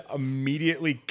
immediately